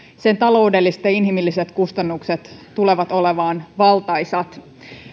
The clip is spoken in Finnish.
sen taloudelliset ja inhimilliset kustannukset tulevat olemaan valtaisat